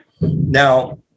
Now